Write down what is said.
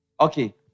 Okay